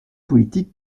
politique